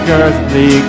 earthly